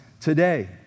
today